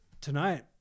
tonight